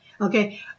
okay